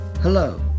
Hello